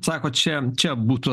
sakot čia čia būtų